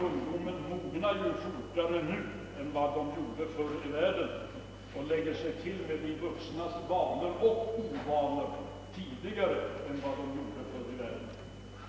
Ungdomen mog nar ju snabbare än den gjorde förr i världen och tillägnar sig tidigare de vuxnas vanor och ovanor.